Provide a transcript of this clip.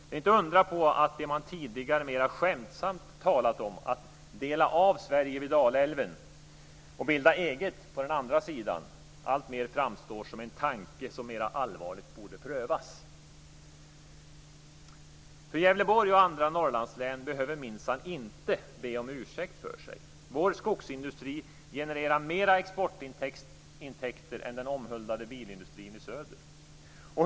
Det är inte undra på att det man tidigare mer skämtsamt talat om, att dela av Sverige vid Dalälven och bilda eget på den andra sidan, alltmer framstår som en tanke som mer allvarligt borde prövas. Gävleborg och andra Norrlandslän behöver minsann inte be om ursäkt för sig. Vår skogsindustri genererar mer exportintäkter än den omhuldade bilindustrin i söder.